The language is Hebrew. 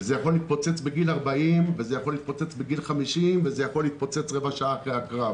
זה יכול להתפוצץ בגיל 40 או 50 או רבע שעה אחרי הקרב.